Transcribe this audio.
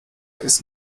ist